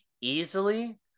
easily